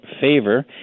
favor